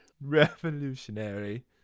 Revolutionary